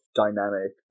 dynamic